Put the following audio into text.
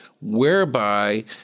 whereby